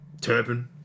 Turpin